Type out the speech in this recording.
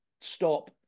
stop